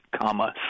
comma